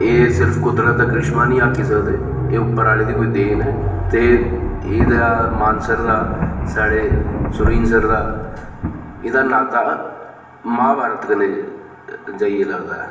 एह् सिर्फ कुदरत दा करिश्मा नेईं आक्खी सकदे एह् उप्पर आह्ल् दे कोई देन ऐ ते एह्दा मानसर दा साढ़े सरूईंसर दा एह्दा नाता महाभारत कन्नै जाइयै लगदा ऐ